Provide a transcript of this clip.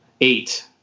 eight